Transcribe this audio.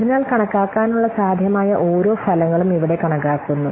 അതിനാൽ കണക്കാക്കാനുള്ള സാധ്യമായ ഓരോ ഫലങ്ങളും ഇവിടെ കണക്കാക്കുന്നു